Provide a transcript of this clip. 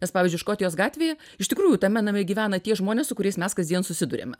nes pavyzdžiui škotijos gatvėj iš tikrųjų tame name gyvena tie žmonės su kuriais mes kasdien susiduriame